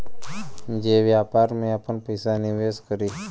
जे व्यापार में आपन पइसा निवेस करी